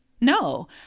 no